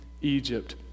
Egypt